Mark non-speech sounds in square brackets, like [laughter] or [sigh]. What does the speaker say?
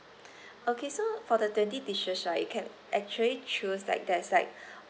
okay so for the twenty dishes right you can actually choose like there's like [breath]